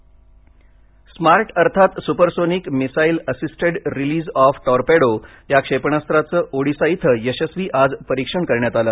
D R D O smart अर्थात supersonic missile assisted release of torpedo या क्षेपणास्त्राचं ओडिशा इथं यशस्वी आज परीक्षण करण्यात आलं